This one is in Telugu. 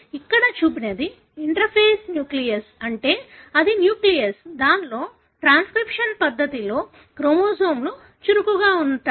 ఇక్కడ చూపినది ఇంటర్ఫేస్ న్యూక్లియస్ అంటే ఇది న్యూక్లియస్ దీనిలో ట్రాన్స్క్రిప్షన్ ప్రక్రియలో క్రోమోజోములు చురుకుగా ఉంటాయి